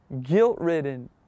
guilt-ridden